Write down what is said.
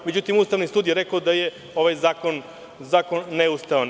Međutim, Ustavni sud je rekao da je ovaj zakon neustavan.